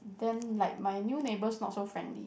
then like my new neighbours not so friendly